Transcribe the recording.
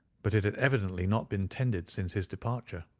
but it had evidently not been tended since his departure.